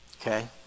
Okay